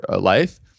life